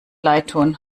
leidtun